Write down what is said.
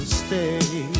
stay